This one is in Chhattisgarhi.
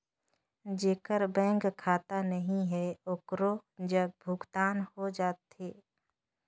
जेकर बैंक खाता नहीं है ओकरो जग भुगतान हो जाथे?